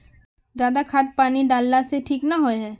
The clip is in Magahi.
ज्यादा खाद पानी डाला से ठीक ना होए है?